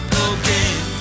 again